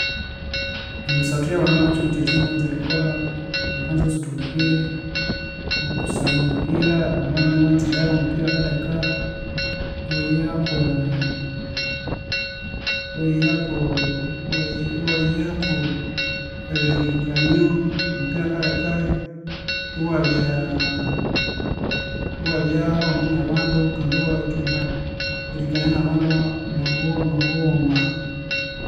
Emisathu yabana omwakyihugho kyethu, kyabakanza erikolha bakanza ibasatha omupira, oko- kasan omupira abandu banene banzirewo, omupira akalheka iwayi iwayihaku ebirengekanyo, omupira akalheka iwabya hawuma nabandu, kandi iwathunga erikania nabandu, nobo nobuwuma